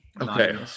Okay